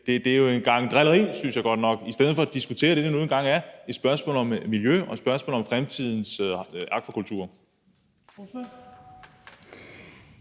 er en gang drilleri, synes jeg godt nok, i stedet for at man diskuterer det, som det nu engang er, altså et spørgsmål om miljø og et spørgsmål om fremtidens akvakultur.